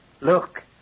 Look